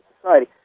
Society